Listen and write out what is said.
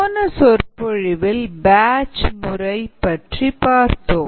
போன சொற்பொழிவில் பேட்ச் முறை பற்றி பார்த்தோம்